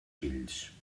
fills